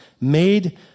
made